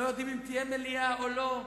לא יודעים אם תהיה מליאה או לא,